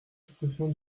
suppression